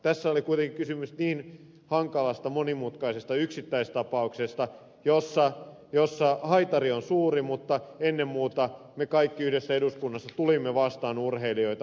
tässä oli kuitenkin kysymys hankalasta monimutkaisesta yksittäistapauksesta jossa haitari on suuri mutta ennen muuta me kaikki yhdessä eduskunnassa tulimme vastaan urheilijoita